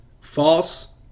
false